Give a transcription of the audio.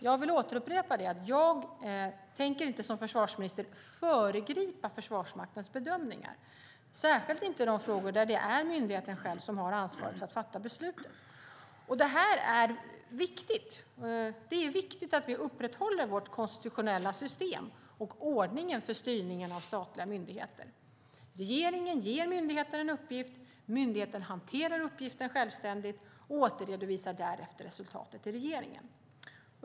Jag vill återupprepa att jag som försvarsminister inte tänker föregripa Försvarsmaktens bedömningar, särskilt inte i de frågor där det är myndigheten själv som har ansvaret att fatta beslutet. Det är viktigt att vi upprätthåller vårt konstitutionella system och ordningen för styrningen av statliga myndigheter. Regeringen ger myndigheten en uppgift. Myndigheten hanterar uppgiften självständigt och återredovisar därefter resultatet till regeringen.